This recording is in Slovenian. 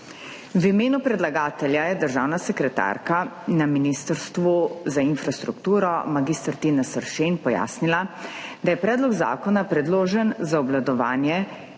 V imenu predlagatelja je državna sekretarka na Ministrstvu za infrastrukturo mag. Tine Sršen pojasnila, da je predlog zakona predložen za obvladovanje